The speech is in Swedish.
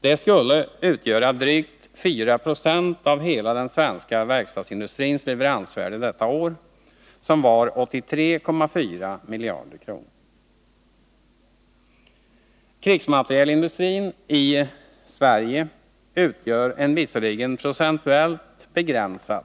Det skulle utgöra drygt 4 90 av hela den svenska verkstadsindustrins leveransvärde detta år, som var 83,4 miljarder kronor. Krigsmaterielindustrin i Sverige utgör en procentuellt visserligen begränsad